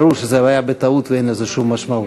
ברור שזה היה בטעות ואין לזה שום משמעות.